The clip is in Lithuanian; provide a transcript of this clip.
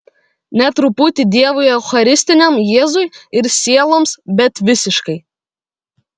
ne truputį dievui eucharistiniam jėzui ir sieloms bet visiškai